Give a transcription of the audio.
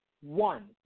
one